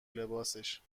لباسش